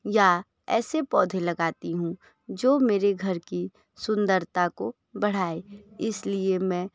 या ऐसे पौधे लगाती हूँ जो मेरे घर की सुंदरता को बढ़ाएं इसलिए मैं